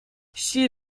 she